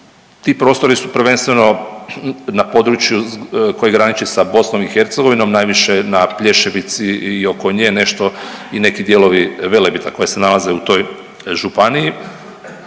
Ti prostori su prvenstveno na području koje graniči sa BiH najviše na Plješevici i oko nje nešto i neki dijelovi Velebita koji se nalaze u toj županiji,